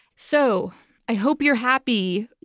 so i hope you're happy,